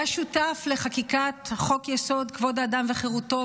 הוא היה שותף לחקיקת חוק-יסוד: כבוד האדם וחירותו,